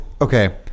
Okay